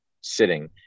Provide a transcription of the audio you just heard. sitting